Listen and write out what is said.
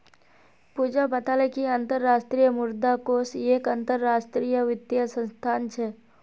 पूजा बताले कि अंतर्राष्ट्रीय मुद्रा कोष एक अंतरराष्ट्रीय वित्तीय संस्थान छे